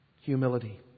humility